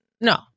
No